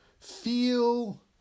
Feel